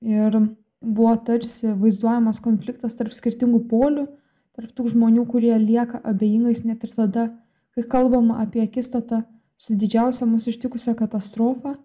ir buvo tarsi vaizduojamas konfliktas tarp skirtingų polių tarp tų žmonių kurie lieka abejingais net ir tada kai kalbam apie akistatą su didžiausia mus ištikusią katastrofa